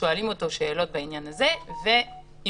על